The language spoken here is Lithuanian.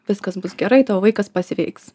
viskas bus gerai tavo vaikas pasveiks